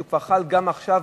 שחל כבר מעכשיו,